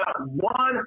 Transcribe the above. one